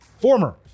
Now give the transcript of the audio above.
former